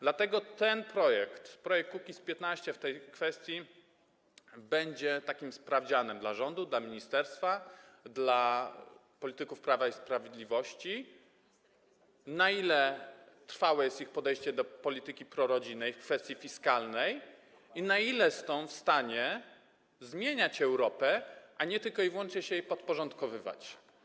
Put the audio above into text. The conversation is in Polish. Dlatego ten projekt, projekt Kukiz’15, w tej kwestii będzie takim sprawdzianem dla rządu, dla ministerstwa, dla polityków Prawa i Sprawiedliwości, na ile trwałe jest ich podejście do polityki prorodzinnej w kwestii fiskalnej i na ile są w stanie zmieniać Europę, a nie tylko i wyłącznie się jej podporządkowywać.